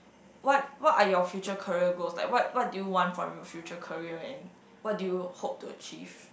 what what are your future career goals like what what do you want from your future career and what do you hope to achieve